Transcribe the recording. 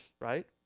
right